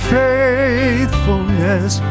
faithfulness